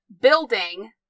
building